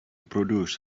produce